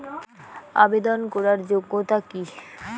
আবেদন করার যোগ্যতা কি?